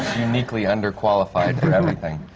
uniquely underqualified for everything.